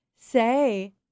say